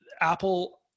Apple